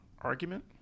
argument